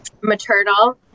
maternal